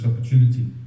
opportunity